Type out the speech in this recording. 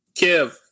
Kev